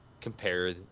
compare